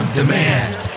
demand